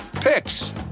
picks